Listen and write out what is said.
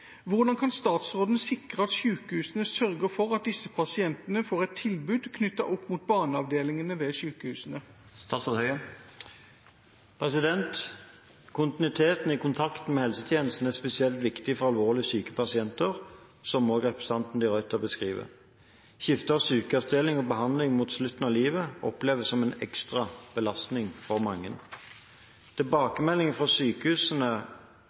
Hvordan kan statsråden sikre at sykehusene sørger for at disse pasientene får et tilbud knyttet opp mot barneavdelingene ved sykehusene?» Kontinuitet i kontakten med helsetjenesten er spesielt viktig for alvorlig syke pasienter, som også representanten de Ruiter beskriver. Skifte av sykehusavdeling og behandlere mot slutten av livet oppleves som en ekstra belastning for mange. Tilbakemeldinger fra sykehusene